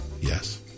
Yes